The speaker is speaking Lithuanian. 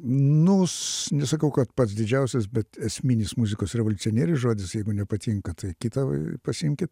nu s nesakau kad pats didžiausias bet esminis muzikos revoliucionierius žodis jeigu nepatinka tai kitą va pasiimkit